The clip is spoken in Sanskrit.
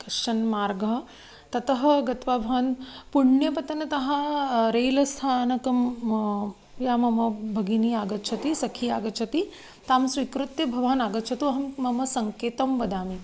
कश्चन मार्गः ततः गत्वा भवान् पुण्यपतनतः रेल स्थानकं या मम भगिनी आगच्छति सखी आगच्छति तां स्वीकृत्य भवान् आगच्छतु अहं मम सङ्केतं वदामि